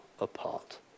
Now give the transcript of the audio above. apart